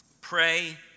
pray